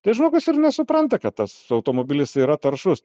tai žmogus ir nesupranta kad tas automobilis yra taršus